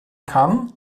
kann